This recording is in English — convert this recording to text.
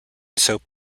soap